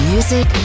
Music